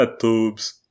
Tubes